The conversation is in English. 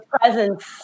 presence